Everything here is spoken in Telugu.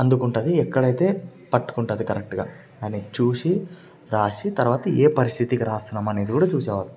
అందుకుంటది ఎక్కడైతే పట్టుకుంటుంది కరెక్టుగా అని చూసి రాసి తర్వాత ఏ పరిస్థితికి రాస్తున్నాం అనేది కూడ చూసేవాళ్లు